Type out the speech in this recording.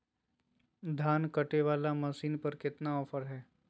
धान कटे बाला मसीन पर कतना ऑफर हाय?